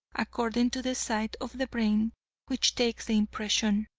according to the side of the brain which takes the impression.